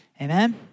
Amen